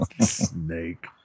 Snake